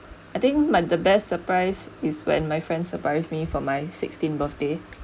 I think the best surprise is when my friend surprised me for my sixteen birthday